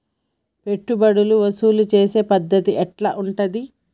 పెట్టుబడులు వసూలు చేసే పద్ధతి ఎట్లా ఉంటది?